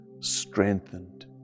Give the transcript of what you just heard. strengthened